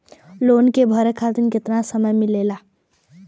Loan के भरे खातिर कितना समय मिलेला?